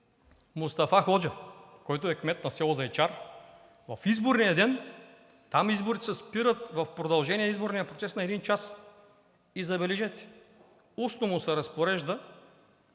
Мустафа Ходжа, който е кмет на село Зайчар, в изборния ден изборите се спират в продължение на един час, и забележете, устно му се разпорежда,